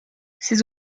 ces